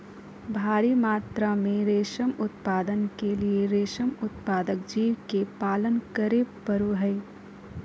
भारी मात्रा में रेशम उत्पादन के लिए रेशम उत्पादक जीव के पालन करे पड़ो हइ